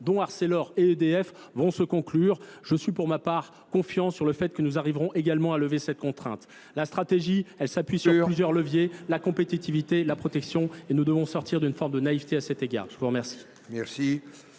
dont Arcelor et EDF, vont se conclurent. Je suis pour ma part confiant sur le fait que nous arriverons également à lever cette contrainte. La stratégie, elle s'appuie sur plusieurs leviers, la compétitivité, la protection, et nous devons sortir d'une forme de naïveté à cet égard. Je vous remercie.